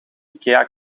ikea